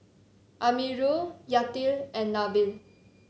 Amirul Yati and Nabil